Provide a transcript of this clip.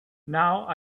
now